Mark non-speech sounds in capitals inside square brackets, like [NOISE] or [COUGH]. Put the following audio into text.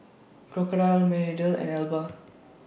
Crocodile Mediheal and [NOISE] Alba